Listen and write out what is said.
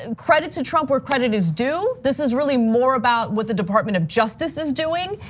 and credit to trump where credit is due. this is really more about what the department of justice is doing.